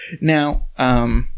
Now